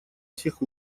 всех